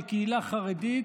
בקהילה חרדית,